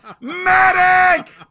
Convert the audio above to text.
medic